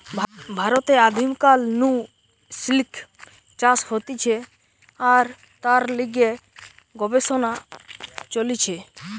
ভারতে আদিম কাল নু সিল্ক চাষ হতিছে আর তার লিগে গবেষণা চলিছে